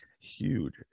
huge